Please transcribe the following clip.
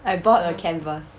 I bought a canvas